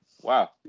Wow